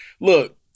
Look